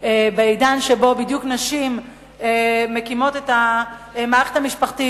בעידן שבו נשים בדיוק מקימות את המערכת המשפחתית,